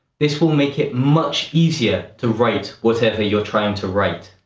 this will make it much easier to write whatever you're trying to write.